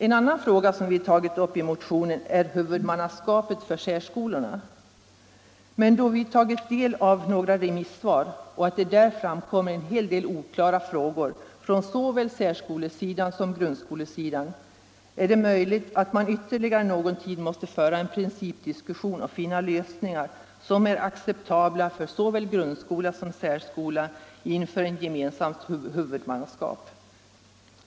En annan fråga som vi tagit upp i motionen är huvudmannaskapet för särskolorna, men då det i remissvaren framkommer en hel del oklarheter på såväl särskolesidan som grundskolesidan, är det möjligt att man ytterligare någon tid måste föra en principdiskussion och finna lösningar som är acceptabla för såväl grundskola som särskola inför ett gemensamt huvudmannaskap.